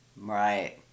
Right